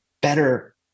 better